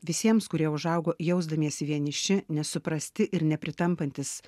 visiems kurie užaugo jausdamiesi vieniši nesuprasti ir nepritampantys